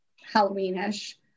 Halloween-ish